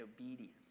obedience